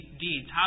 deeds